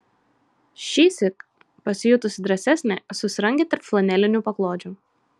šįsyk pasijutusi drąsesnė susirangė tarp flanelinių paklodžių